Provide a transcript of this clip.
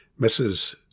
Mrs